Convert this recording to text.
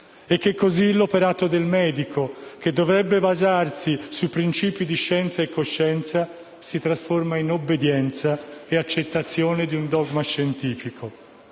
È così che l'operato del medico, che dovrebbe basarsi sui principi di scienza e coscienza, si trasforma in obbedienza e accettazione di un dogma scientifico.